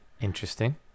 Interesting